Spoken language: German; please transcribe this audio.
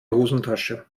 hosentasche